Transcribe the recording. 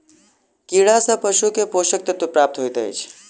कीड़ा सँ पशु के पोषक तत्व प्राप्त होइत अछि